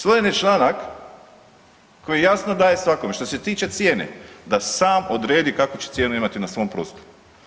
Usvojen je članak koji jasno dajem svakome što se tiče cijene da sam odredi kakvu će cijenu imati na svom prostoru.